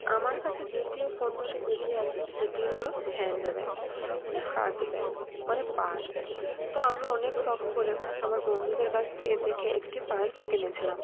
আমার কাছে দ্বিতীয় পণ্যটি যেটি আছে সেটি হলো হ্যান্ডব্যাগ মানে হাত ব্যাগ মানে পার্স তা আমি অনেক শখ করে আমার বন্ধুদের কাছ থেকে দেখে একটি পার্স কিনেছিলাম